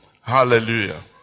Hallelujah